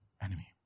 enemy